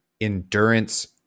endurance